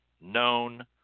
known